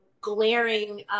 glaring